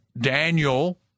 Daniel